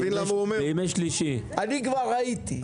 אני כבר ראיתי.